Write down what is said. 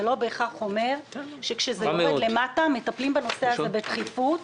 זה לא בהכרח אומר שכשזה מגיע למטה מטפלים בנושא הזה בדחיפות.